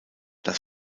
das